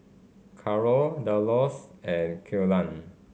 Caro Delos and Killian